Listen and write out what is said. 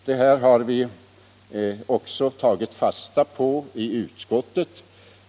Det här har vi i utskottsmajoriteten också tagit fasta på.